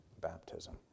baptism